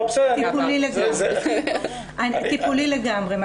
זה היה טיפולי לגמרי.